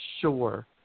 sure